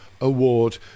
Award